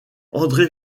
andré